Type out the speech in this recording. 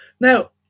Now